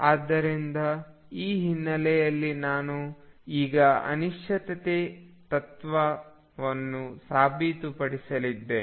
ಆದ್ದರಿಂದ ಈ ಹಿನ್ನೆಲೆಯಲ್ಲಿ ನಾನು ಈಗ ಅನಿಶ್ಚಿತತೆ ತತ್ವವನ್ನು ಸಾಬೀತುಪಡಿಸಲಿದ್ದೇನೆ